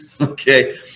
Okay